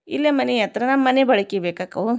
ಇಲ್ಲೇ ಮನೆ ಹತ್ರ ನಮ್ಮ ಮನೆ ಬಳ್ಕಿಗೆ ಬೇಕಾಗವು